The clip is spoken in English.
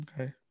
okay